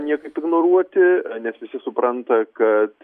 niekaip ignoruoti nes visi supranta kad